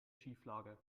schieflage